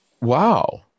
Wow